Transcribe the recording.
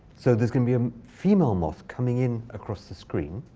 so there's going to be a female moth coming in across the screen.